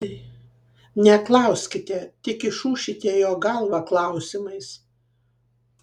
neklauskite tik išūšite jo galvą klausimais